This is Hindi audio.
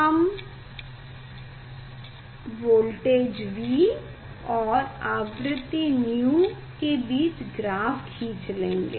हम V और 𝛎 के बीच ग्राफ खींच लेंगे